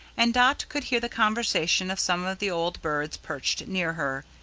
and dot could hear the conversation of some of the old birds perched near her.